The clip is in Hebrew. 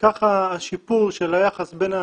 --- כשכבר יש נפגעים.